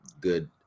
good